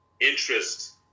interest